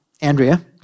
Andrea